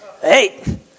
Hey